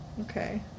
Okay